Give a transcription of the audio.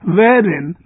wherein